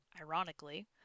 ironically